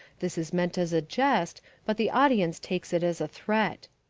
this is meant as a jest, but the audience takes it as a threat.